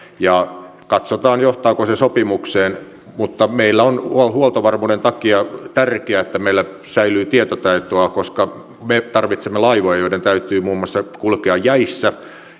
ja katsotaan johtaako se sopimukseen mutta meille on huoltovarmuuden takia tärkeää että meillä säilyy tietotaitoa koska me tarvitsemme laivoja joiden täytyy muun muassa kulkea jäissä